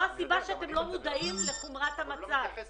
מדובר